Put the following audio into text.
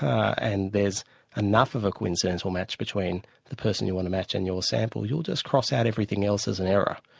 and there's enough of a coincidental match between the person you want to match and your sample, you'll just cross out everything else as an error.